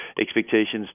expectations